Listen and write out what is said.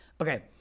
Okay